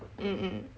mm mm